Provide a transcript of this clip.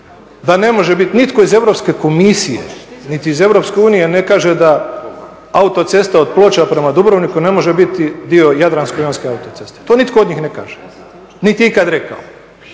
da ne može bit nitko iz Europske komisije niti iz Europske unije ne kaže da autocesta od Ploča prema Dubrovniku ne može biti dio jadransko-jonske autoceste, to nitko od njih ne kaže niti je ikad rekao.